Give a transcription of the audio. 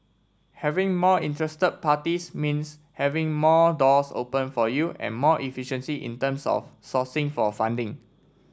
having more interested parties means having more doors open for you and more efficiency in terms of sourcing for funding